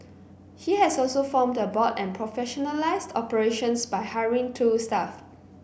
he has also formed a board and professionalised operations by hiring two staff